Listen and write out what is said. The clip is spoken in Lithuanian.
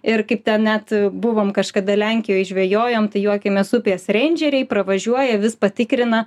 ir kaip ten net buvom kažkada lenkijoj žvejojom tai juokėmės upės reindžeriai pravažiuoja vis patikrina